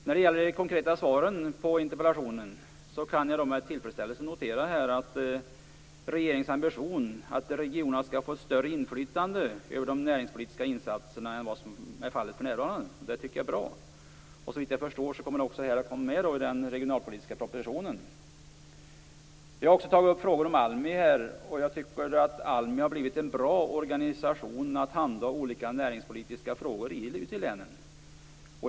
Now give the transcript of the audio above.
När det gäller de konkreta svaren på interpellationen kan jag med tillfredsställelse notera att det är regeringens ambition att regionerna skall få ett större inflytande över de näringspolitiska insatserna än vad som är fallet för närvarande. Det tycker jag är bra. Såvitt jag förstår kommer detta också att vara med i den regionalpolitiska propositionen. Jag har också tagit upp frågor om ALMI här. Jag tycker att ALMI har blivit en bra organisation att handha olika näringspolitiska frågor ute i länen.